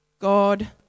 God